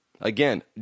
Again